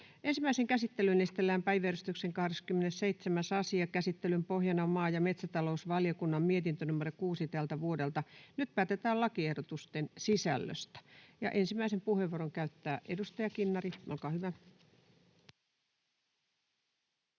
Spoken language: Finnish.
Ensimmäiseen käsittelyyn esitellään päiväjärjestyksen 27. asia. Käsittelyn pohjana on maa- ja metsätalousvaliokunnan mietintö MmVM 6/2024 vp. Nyt päätetään lakiehdotusten sisällöstä. — Ensimmäisen puheenvuoron käyttää edustaja Kinnari. Olkaa hyvä.